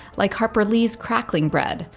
like harper lee's crackling bread,